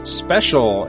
special